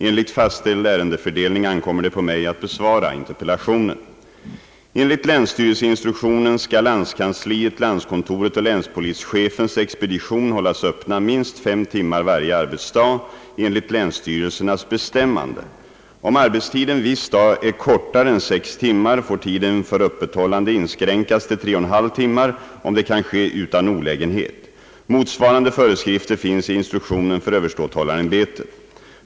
Enligt fastställd ärendefördelning ankommer det på mig att besvara interpellationen. ligt länsstyrelsernas bestämmande. Om arbetstiden viss dag är kortare än sex timmar, får tiden för öppethållande inskränkas till 31/2 timmar, om det kan ske utan olägenhet. Motsvarande föreskrifter finns i instruktionen för överståthållarämbetet.